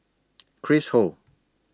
Chris Ho